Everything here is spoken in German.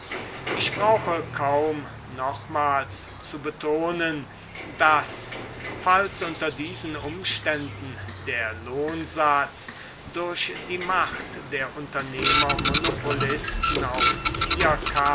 ich brauche kaum nochmals zu betonen daß falls unter diesen umständen der lohnsatz durch die macht der unternehmermonopolisten auf